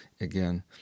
again